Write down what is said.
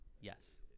Yes